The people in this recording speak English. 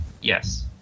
Yes